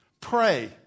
Pray